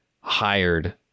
hired